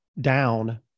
down